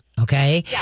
okay